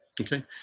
okay